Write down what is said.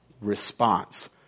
response